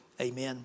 Amen